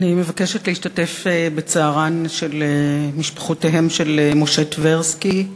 אני מבקשת להשתתף בצערן של משפחותיהם של משה טברסקי,